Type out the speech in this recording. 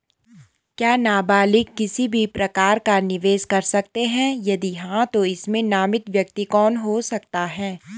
क्या नबालिग किसी भी प्रकार का निवेश कर सकते हैं यदि हाँ तो इसमें नामित व्यक्ति कौन हो सकता हैं?